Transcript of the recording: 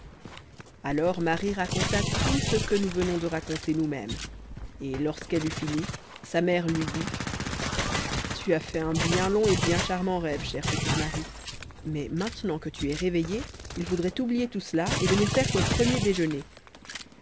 alors marie raconta tout ce que nous venons de raconter nous-même et lorsqu'elle eut fini sa mère lui dit tu as fait là un bien long et bien charmant rêve chère petite marie mais maintenant que tu es réveillée il faudrait oublier tout cela et venir faire ton premier déjeuner